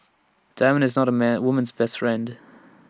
diamond is not A man woman's best friend